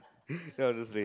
that was just lame